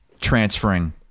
transferring